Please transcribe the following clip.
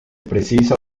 precisa